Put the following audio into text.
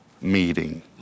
meeting